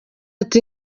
ati